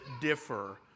differ